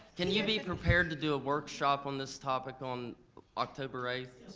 can you be prepared to do a workshop on this topic on october eighth?